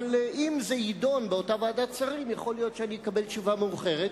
אבל אם זה יידון באותה ועדת שרים יכול להיות שאני אקבל תשובה מאוחרת.